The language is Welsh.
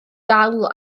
dal